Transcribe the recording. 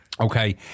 Okay